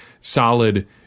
solid